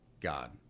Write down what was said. God